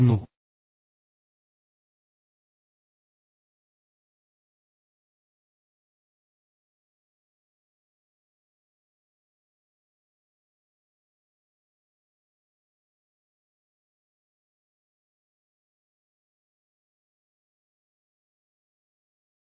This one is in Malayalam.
വാക്കേതര ആശയവിനിമയത്തിന്റെ അടുത്ത രസകരമായ പ്രവർത്തനം അതിന് വാക്കാലുള്ള അർത്ഥത്തെ എതിർക്കാൻ കഴിയും എന്നതാണ്